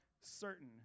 certain